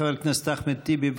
חבר הכנסת אחמד טיבי,